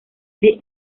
the